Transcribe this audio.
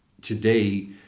today